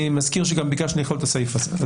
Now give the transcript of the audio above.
אני מזכיר שגם ביקשנו לכלול את הסעיף הזה.